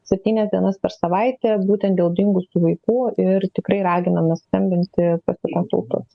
septynias dienas per savaitę būtent dėl dingusių vaikų ir tikrai raginam mes skambinti pasikonsultuoti